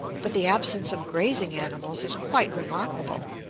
but the absence of grazing animals is quite remarkable.